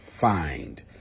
find